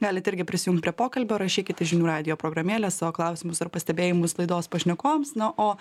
galit irgi prisijungt prie pokalbio rašykit į žinių radijo programėlę savo klausimus ar pastebėjimus laidos pašnekovams na o